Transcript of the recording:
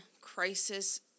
crisis